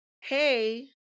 hey